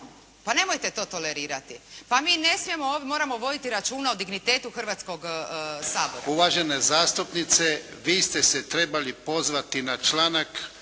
Pa nemojte to tolerirati. Pa mi ne smijemo ovdje, moramo voditi računa o dignitetu Hrvatskoga sabora. **Jarnjak, Ivan (HDZ)** Uvažene zastupnice, vi ste se trebali pozvati na članak